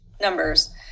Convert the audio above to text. numbers